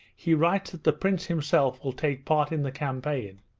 he writes that the prince himself will take part in the campaign.